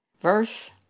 Verse